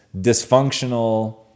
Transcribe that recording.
dysfunctional